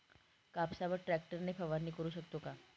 कापसावर ट्रॅक्टर ने फवारणी करु शकतो का?